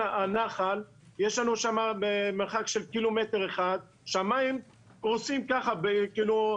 הנחל יש מרחק של קילומטר אחד שהמים זורמים בו.